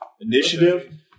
Initiative